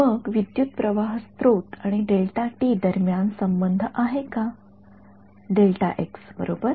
मग विद्युतप्रवाह स्रोत आणि दरम्यान संबंध आहे का बरोबर